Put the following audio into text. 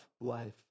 life